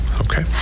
okay